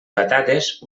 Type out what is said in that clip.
patates